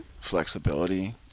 Flexibility